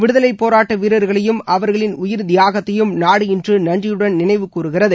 விடுதலை போராட்ட வீரர்களையும் அவர்களின் உயிர் தியாகத்தையும் நாடு இன்று நன்றியுடன் நினைவு கூறுகிறது